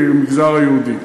המגזר היהודי.